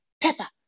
Peppa